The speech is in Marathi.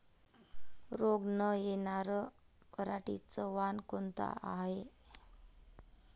रोग न येनार पराटीचं वान कोनतं हाये?